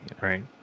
Right